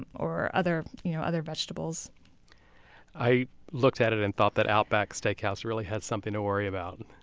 or other you know other vegetables i looked at it and thought that outback steakhouse really has something to worry about.